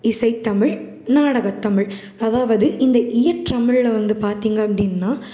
இசைத்தமிழ் நாடகத்தமிழ் அதாவது இந்த இயற்றமிழில் வந்து பார்த்தீங்க அப்படின்னா